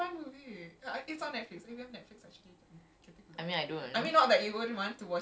in this show in full !wow! really